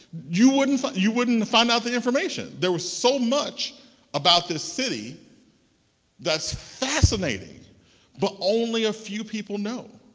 you wouldn't you wouldn't find out the information. there was so much about the city that's fascinating but only a few people know.